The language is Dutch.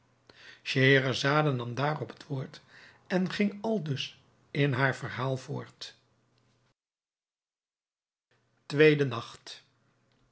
scheherazade nam daarop het woord en ging aldus in haar verhaal voort tweede nacht